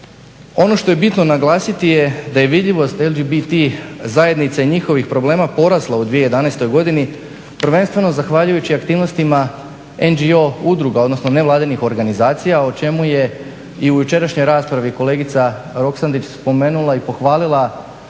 Ono što je bitno naglasiti je da je vidljivost LGBT zajednice i njihovih problema porasla u 2011. godini prvenstveno zahvaljujući aktivnostima NGO udruga, odnosno nevladinih organizacija, o čemu je i u jučerašnjoj raspravi kolegica Roksandić spomenula i pohvalila